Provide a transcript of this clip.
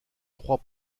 trois